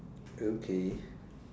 okay